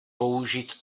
použít